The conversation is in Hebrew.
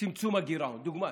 בצמצום הגירעון, לדוגמה.